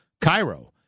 Cairo